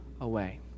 away